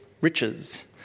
riches